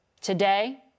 Today